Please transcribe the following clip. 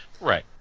right